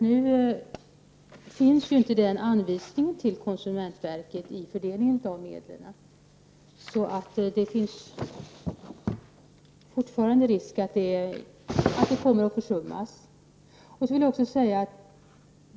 Nu finns det inte anvisning till konsumentverket i fördelningen av medel, så det finns fortfarande risk att den kommer att försummas.